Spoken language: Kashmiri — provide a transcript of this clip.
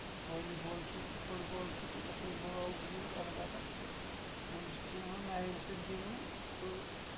والی بال چھُ فِٹ بال کہِ پٲٹھۍ اَصٕل بال گول اَلبتہ وۄنۍ چھُ سُہ یِوان نَریو ستۍ گِندنہٕ تہٕ